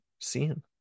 seeing